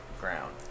ground